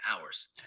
hours